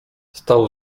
stał